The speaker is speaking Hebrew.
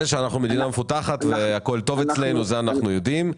זה שהמדינה מפותחת והכל טוב אצלנו זה אנחנו יודעים.